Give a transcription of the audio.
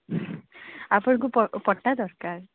ଆପଣଙ୍କୁ ପଟା ଦରକାର